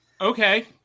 Okay